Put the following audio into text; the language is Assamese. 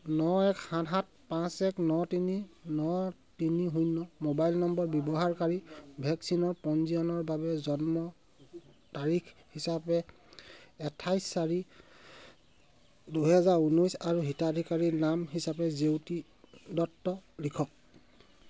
ন এক সাত সাত পাঁচ এক ন তিনি ন তিনি শূন্য মোবাইল নম্বৰ ব্যৱহাৰকাৰী ভেকচিনৰ পঞ্জীয়নৰ বাবে জন্ম তাৰিখ হিচাপে আঠাইছ চাৰি দুহেজাৰ ঊনৈছ আৰু হিতাধিকাৰীৰ নাম হিচাপে জেউতি দত্ত লিখক